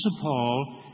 Paul